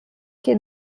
que